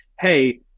hey